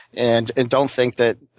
and and don't think that